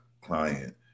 client